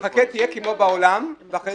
חכה, תהיה כמו בעולם, ואחרי זה תבין.